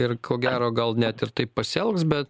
ir ko gero gal net ir taip pasielgs bet